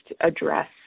address